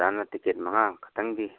ꯑꯣꯖꯥꯅ ꯇꯤꯀꯦꯠ ꯃꯉꯥ ꯈꯇꯪꯗꯤ